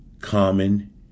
common